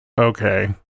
Okay